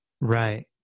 Right